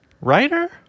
Writer